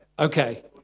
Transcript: Okay